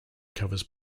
covers